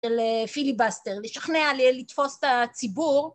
של פיליבאסטר, לשכנע לתפוס את הציבור